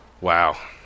Wow